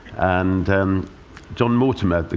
and john mortimer,